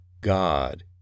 God